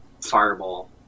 Fireball